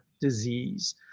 disease